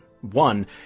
one